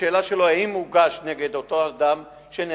השאלה שלו היא האם הוגש נגד אותו אדם שנהרג.